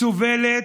סובלת,